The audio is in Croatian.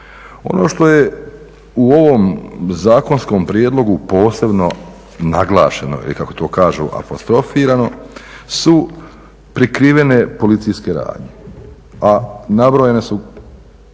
Ono što je u ovom zakonskom prijedlogu posebno naglašeno ili kako to kažu apostrofirano su prikrivene policijske radnje, a nabrojene su